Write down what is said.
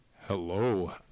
Hello